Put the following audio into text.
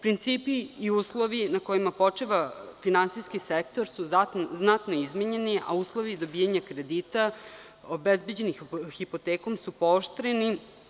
Principi i uslovi na kojima počiva finansijski sektor su znatno izmenjeni, a uslovi dobijanja kredita, obezbeđenih hipotekom, su pooštreni.